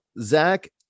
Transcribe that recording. Zach